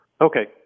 Okay